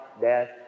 death